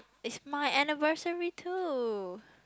is my anniversary too